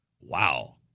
Wow